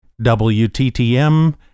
WTTM